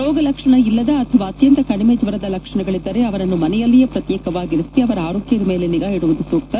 ರೋಗ ಲಕ್ಷಣ ಇಲ್ಲದ ಅಥವಾ ಅತ್ಯಂತ ಕಡಿಮೆ ಜ್ವರದ ಲಕ್ಷಣಗಳಿದ್ದರೆ ಅವರನ್ನು ಮನೆಯಲ್ಲಿಯೇ ಪ್ರತ್ಯೇಕವಾಗಿರಿಸಿ ಅವರ ಆರೋಗ್ಯದ ಮೇಲೆ ನಿಗಾ ಇಡುವುದು ಸೂಕ್ತ